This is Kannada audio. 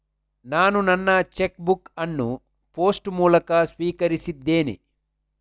ನಾನು ನನ್ನ ಚೆಕ್ ಬುಕ್ ಅನ್ನು ಪೋಸ್ಟ್ ಮೂಲಕ ಸ್ವೀಕರಿಸಿದ್ದೇನೆ